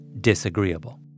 disagreeable